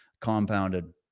compounded